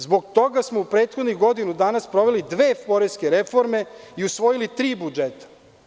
Zbog toga smo u prethodnih godinu dana sproveli dve poreske reforme i usvojili tri budžeta.